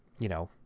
you know,